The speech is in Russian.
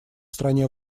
стране